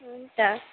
हुन्छ